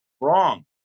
wrong